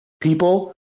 people